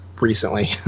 recently